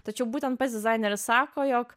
tačiau būtent pats dizaineris sako jog